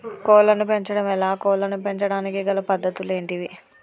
కోళ్లను పెంచడం ఎలా, కోళ్లను పెంచడానికి గల పద్ధతులు ఏంటివి?